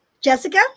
Jessica